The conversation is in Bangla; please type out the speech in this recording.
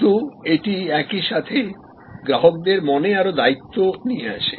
কিন্তু এটি একই সাথে গ্রাহকদের মনে আরও দায়িত্ব নিয়ে আসে